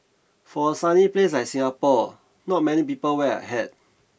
for a sunny place like Singapore not many people wear a hat